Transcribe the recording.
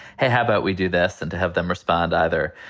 hey, how about we do this? and to have them respond either,